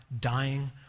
dying